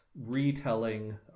retelling